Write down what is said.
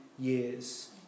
years